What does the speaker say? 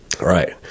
right